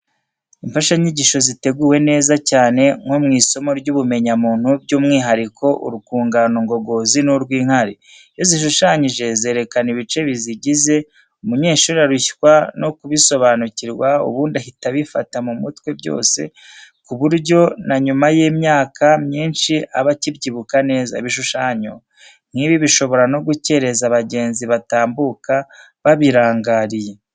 Imfashanyigisho zateguwe neza, cyane nko mu isomo ry'ubumenyamuntu, by'umwihariko urwungano ngogozi n'urw'inkari. Iyo zishushanyije zerekana ibice bizigize, umunyeshuri arushywa no kubisobanukirwa, ubundi ahita abifata mu mutwe byose ku buryo na nyuma y'imyaka myinshi aba akibyibuka neza. Ibishushanyo nk'ibi bishobora no gukereza abagenzi batambuka babirangariye.